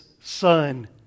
Son